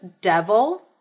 devil